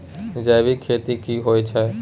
जैविक खेती की होए छै?